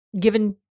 given